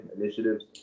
initiatives